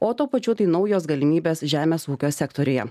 o tuo pačiu tai naujos galimybės žemės ūkio sektoriuje